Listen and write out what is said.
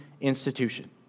institution